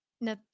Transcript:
No